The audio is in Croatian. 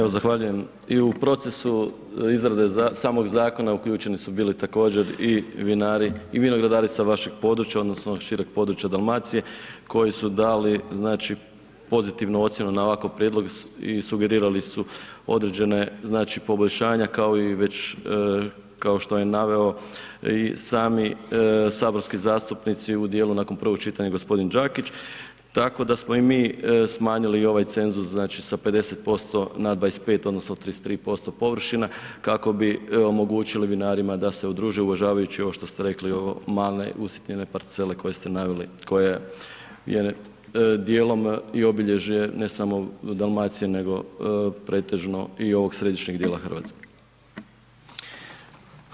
Evo zahvaljujem, i u procesu izrade samog zakona uključeni su bili također i vinari i vinogradari sa vašeg područja odnosno šireg područja Dalmacije koji su dali, znači, pozitivnu ocjenu na ovakav prijedlog i sugerirali su određene, znači, poboljšanja, kao i već, kao što je naveo i sami saborski zastupnici u dijelu nakon prvog čitanja g. Đakić, tako da smo i mi smanjili ovaj cenzus, znači, sa 50% na 25 odnosno 33% površine, kako bi omogućili vinarima da se udruže uvažavajući ovo što ste rekli o maloj usitnjenoj parceli koju ste naveli koja je djelom i obilježje ne samo Dalmacije, nego pretežno i ovog središnjeg dijela RH.